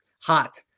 hot